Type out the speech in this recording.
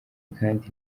kandi